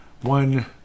one